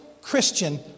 christian